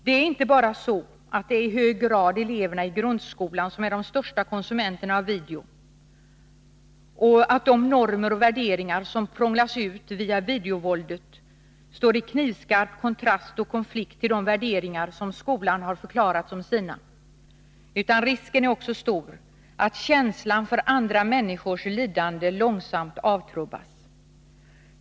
Det är inte bara så att det i hög grad är eleverna i grundskolan som är de största konsumenterna av video och att de normer och värderingar som prånglas ut via videovåldet står i knivskarp kontrast till och konflikt med de värderingar som skolan har förklarat som sina, utan risken är också stor att känslan för andra människors lidande långsamt avtrubbas.